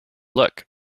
look